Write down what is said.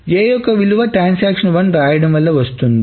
A యొక్క విలువ ట్రాన్సాక్షన్1 రాయడం వల్ల వస్తుంది